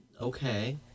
Okay